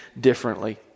differently